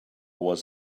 was